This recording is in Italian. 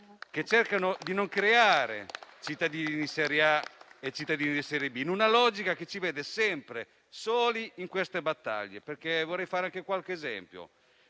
cercando di non creare cittadini di serie A e cittadini di serie B, in una logica che ci vede sempre soli in queste battaglie. Vorrei fare anche qualche esempio: